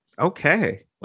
Okay